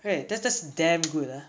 right th~ that's just damn good ah